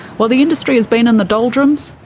while the industry has been in the doldrums,